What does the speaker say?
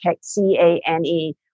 C-A-N-E